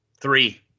Three